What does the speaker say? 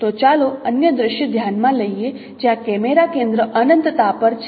તો ચાલો અન્ય દૃશ્ય ધ્યાન માં લઈએ જ્યાં કેમેરા કેન્દ્ર અનંતતા પર છે